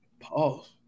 Pause